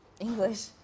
English